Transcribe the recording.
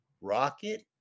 rocket